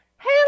Hey